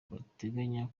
bateganya